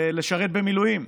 לשרת במילואים,